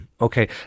Okay